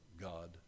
God